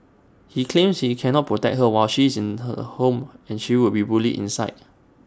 he claims he cannot protect her while she is in her home and she would be bullied inside